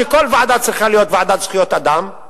שכל ועדה צריכה להיות ועדה לזכויות אדם.